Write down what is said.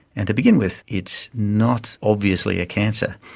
and to begin with it's not obviously a cancer,